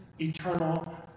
eternal